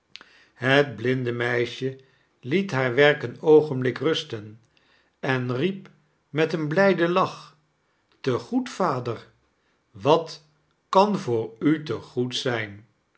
het blinde meisje liet haar werk een oogenblik rusten en riep met een bidden lach te goed vader wat kan voor u te goed zijn